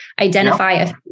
Identify